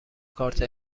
کارت